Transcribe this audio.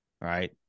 right